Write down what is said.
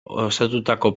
osatutako